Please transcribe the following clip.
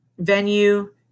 Venue